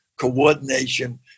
coordination